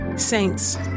saints